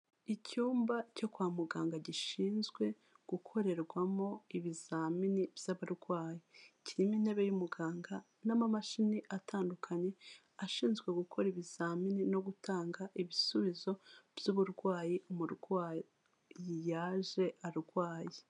Icyumba cyo kwa muganga, gishinzwe gukorerwamo ibizamini by'abarwayi, kirimo intebe y'umuganga n'amamashami atandukanye, ashinzwe gukora ibizamini no gutanga ibisubizo by'uburwayi, umurwayi yaje arwaye.